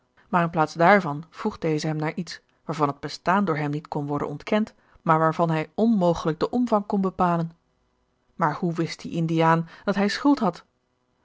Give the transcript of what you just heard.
in plaats daarvan vroeg deze hem naar iets waarvan het bestaan door hem niet kon worden ontkend maar waarvan bij onmogelijk den omvang kon bepalen maar hoe wist die indiaan dat hij schuld had